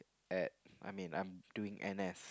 at I mean I'm doing n_s